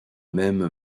même